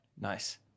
Nice